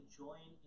join